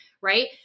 Right